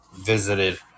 visited